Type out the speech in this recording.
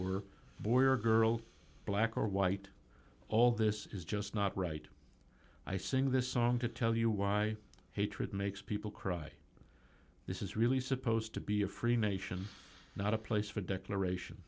were border girl black or white all this is just not right i sing this song to tell you why hatred makes people cry this is really supposed to be a free nation not a place for declaration